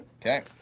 Okay